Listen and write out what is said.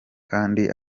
kandi